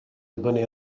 dibynnu